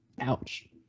Ouch